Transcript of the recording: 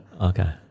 Okay